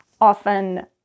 often